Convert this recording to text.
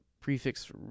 prefix